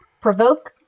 provoke